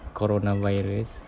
coronavirus